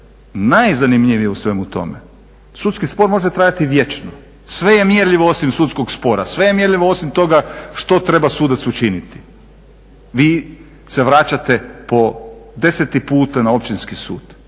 najzanimljivije u svemu tome, sudski spor može trajati vječno, sve je mjerljivo osim sudskog spora, sve je mjerljivo osim toga što treba sudac učiniti. Vi se vraćate po deseti put na općinski sud